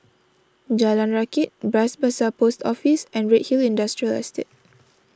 Jalan Rakit Bras Basah Post Office and Redhill Industrial Estate